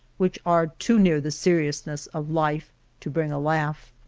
which are too near the seriousness of life to bring a laugh.